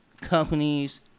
companies